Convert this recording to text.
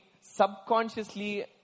subconsciously